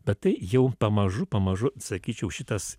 bet tai jau pamažu pamažu sakyčiau šitas